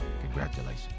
congratulations